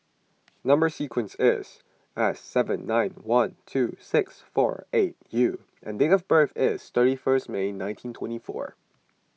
Number Sequence is S seven nine one two six four eight U and date of birth is thirty first May nineteen twenty four